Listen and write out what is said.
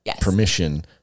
permission